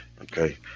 okay